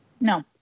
no